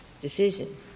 decision